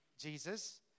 Jesus